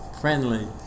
friendly